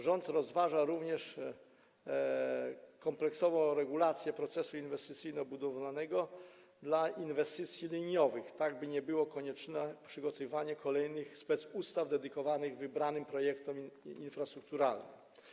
Rząd rozważa również kompleksową regulację procesu inwestycyjno-budowlanego w odniesieniu do inwestycji liniowych, tak by nie było konieczne przygotowywanie kolejnych specustaw dedykowanych wybranym projektom infrastrukturalnym.